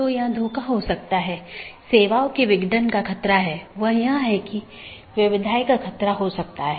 तो यह AS संख्याओं का एक सेट या अनुक्रमिक सेट है जो नेटवर्क के भीतर इस राउटिंग की अनुमति देता है